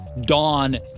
Dawn